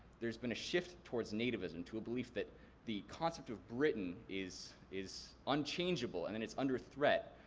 there's been a shift towards nativism, to a belief that the concept of britain is is unchangeable and and it's under threat.